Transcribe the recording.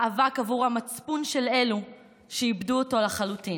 מאבק עבור המצפון של אלו שאיבדו אותו לחלוטין.